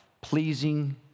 pleasing